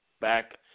back